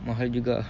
mahal juga ah